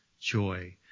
joy